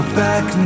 back